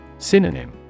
Synonym